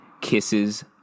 kisses